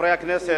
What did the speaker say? חברי הכנסת,